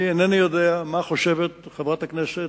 אני אינני יודע מה חושבת חברת הכנסת,